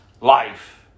life